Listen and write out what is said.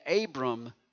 Abram